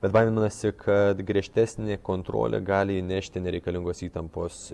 bet baiminasi kad griežtesnė kontrolė gali įnešti nereikalingos įtampos